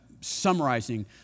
summarizing